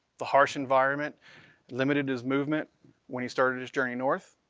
the harsh environment limited his movement when he started his journey north.